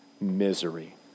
misery